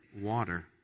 water